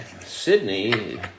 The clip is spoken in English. Sydney